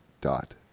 dot